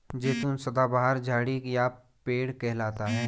जैतून सदाबहार झाड़ी या पेड़ कहलाता है